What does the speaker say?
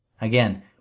Again